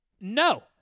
No